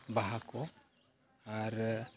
ᱵᱟᱦᱟ ᱠᱚ ᱟᱨ